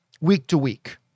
week-to-week